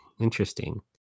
Interesting